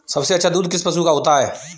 सबसे अच्छा दूध किस पशु का होता है?